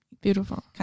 Beautiful